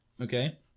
okay